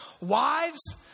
Wives